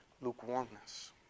lukewarmness